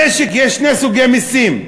במשק יש שני סוגי מסים: